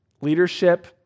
leadership